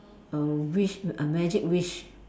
a wish a magic wish